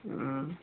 ہوں